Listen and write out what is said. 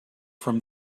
from